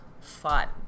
fun